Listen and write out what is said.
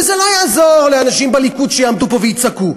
וזה לא יעזור לאנשים בליכוד שיעמדו פה ויצעקו,